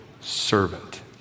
servant